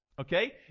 Okay